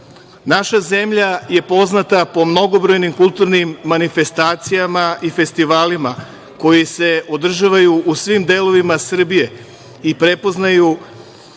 zemlja je poznata po mnogobrojnim kulturnim manifestacijama i festivalima koji se održavaju u svim delovima Srbije i predstavljaju